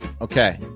Okay